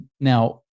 now